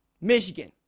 Michigan